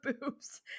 boobs